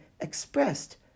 expressed